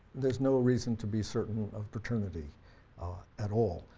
there's no reason to be certain of paternity at all.